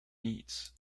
needs